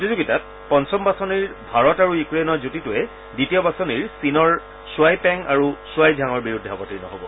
প্ৰতিযোগিতাত পঞ্চম বাছনিৰ ভাৰত আৰু ইউক্ৰেনৰ যুটীটোৱে দ্বিতীয় বাছনিৰ চীনৰ ষুৱাই পেং আৰু শুৱাই ঝাঙৰ বিৰুদ্ধে অৱতীৰ্ণ হব